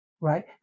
right